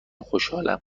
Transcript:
خوشحالم